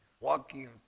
walking